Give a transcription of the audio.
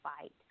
fight